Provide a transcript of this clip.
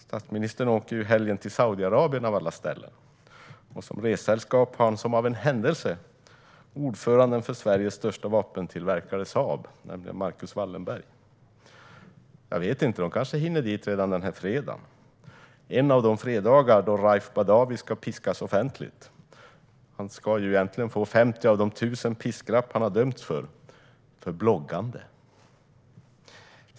Statsministern åker ju i helgen till Saudiarabien av alla ställen. Som ressällskap har han, som av en händelse, ordföranden för Sveriges största vapentillverkare Saab, nämligen Marcus Wallenberg. Jag vet inte om de kanske hinner dit redan denna fredag - en av de fredagar då Raif Badawi ska piskas offentligt. Han ska ju äntligen få 50 av de 1 000 piskrapp han har dömts till - för bloggande!